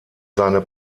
seine